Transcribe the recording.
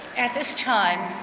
at this time,